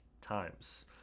times